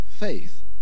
Faith